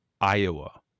Iowa